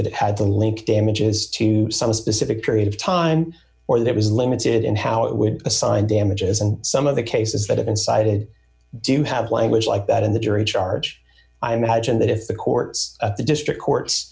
that it had to link damages to some specific period of time or that was limited in how it would assign damages and some of the cases that have been cited do you have language like that in the jury charge i imagine that if the courts of the district courts